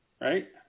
right